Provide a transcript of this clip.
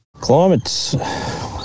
Climate's